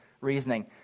reasoning